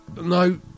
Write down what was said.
No